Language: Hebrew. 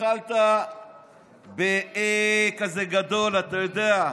התחלת ב"אההה" כזה גדול, אתה יודע,